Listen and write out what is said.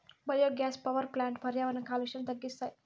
biogas power ప్లాంట్లు పర్యావరణ కాలుష్యాన్ని తగ్గిస్తాయి